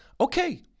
Okay